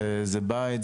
בבית,